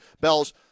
Bells